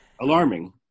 alarming